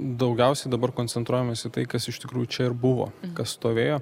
daugiausiai dabar koncentruojamės į tai kas iš tikrųjų čia ir buvo kas stovėjo